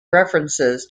references